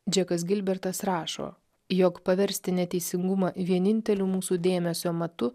džekas gilbertas rašo jog paversti neteisingumą vieninteliu mūsų dėmesio matu